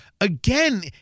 Again